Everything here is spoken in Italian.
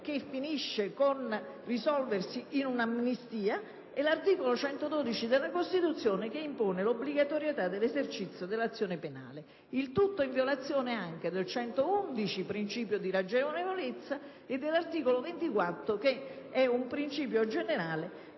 che finisce con risolversi in un'amnistia, e 112 della Costituzione, che impone l'obbligatorietà dell'esercizio dell'azione penale. Il tutto avviene in violazione anche dell'articolo 111 (principio di ragionevolezza) e dell'articolo 24 che contiene il principio generale